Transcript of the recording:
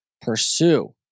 pursue